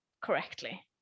correctly